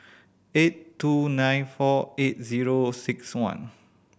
eight two nine four eight zero six one